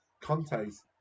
Conte's